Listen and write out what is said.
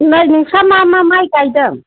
नै नोंस्रा मा मा माइ गाइदों